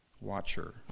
watcher